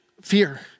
fear